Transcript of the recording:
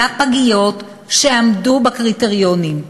לפגיות שעמדו בקריטריונים.